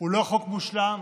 לא חוק מושלם,